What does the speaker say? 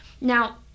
Now